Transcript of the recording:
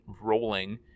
rolling